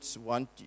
want